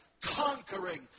conquering